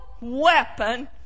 weapon